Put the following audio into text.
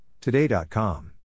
Today.com